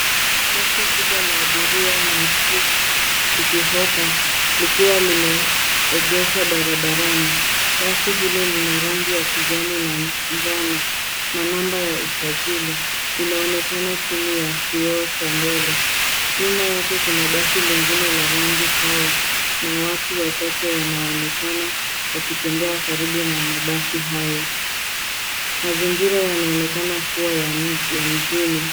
Basi kubwa la abiria maarufu Citi Hoppa, likiwa limeegeshwa barabarani. Basi hilo lina rangi ya kijani na njano na namba ya usajii inaonekana chini ya kioo cha mbele. Nyuma yake kuna basi lingine la rangi sawa na watu wachache wanaonekana wakitembea karibu na mabasi hayo. Mazingira yanaonekana kuwa ya mjini.